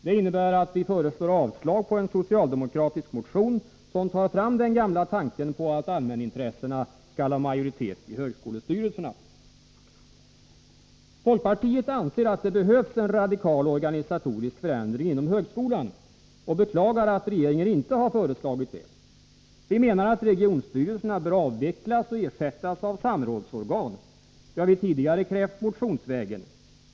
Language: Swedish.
Det innebär att vi föreslår avslag på en socialdemokratisk motion som tar fram den gamla tanken på att allmänintressena skall ha majoritet i högskolestyrelserna. Folkpartiet anser att det behövs en radikal organisatorisk förändring inom högskolan, och vi beklagar att regeringen inte har föreslagit det. Vi menar att regionstyrelserna bör avvecklas och ersättas av samrådsorgan. Det har vi tidigare krävt motionsvägen.